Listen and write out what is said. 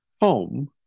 home